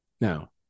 Now